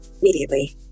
immediately